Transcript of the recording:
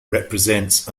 represents